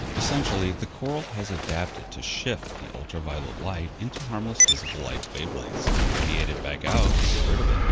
essentially the coral has adapted to shift the ultraviolet light into harmless visible light wavelengths and radiate it back out to get rid of it.